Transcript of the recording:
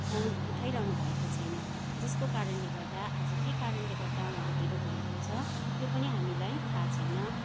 उठाउनु उठाइरहनु भएको छैन जसको कारणले गर्दा आज के कारणले गर्दा उहाँ ढिलो भएको छ त्यो पनि हामीलाई थाहा छैन